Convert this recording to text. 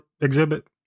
exhibit